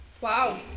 Wow